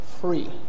free